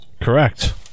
Correct